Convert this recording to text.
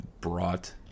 brought